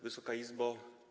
Wysoka Izbo!